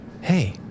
Hey